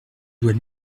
dois